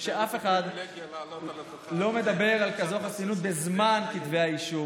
שאף אחד לא מדבר על כזאת חסינות בזמן כתבי האישום.